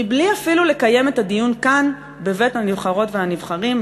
בלי אפילו לקיים את הדיון כאן בבית הנבחרות והנבחרים,